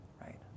Right